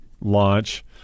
launch